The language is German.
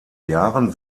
jahren